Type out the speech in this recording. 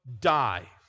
die